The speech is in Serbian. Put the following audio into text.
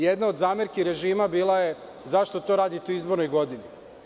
Jedna od zamerki režima bila je – zašto to radite u izbornoj godini?